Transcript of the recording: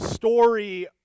story